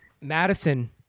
Madison